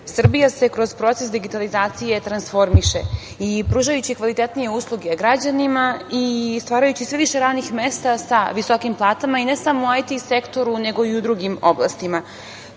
Srbija se kroz proces digitalizacije transformiše i pruža kvalitetnije usluge građanima i stvara sve više radnih mesta sa visokom platama i ne samo u IT sektoru, nego i u drugim oblastima. Predlog